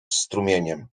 strumieniem